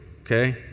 Okay